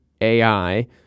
ai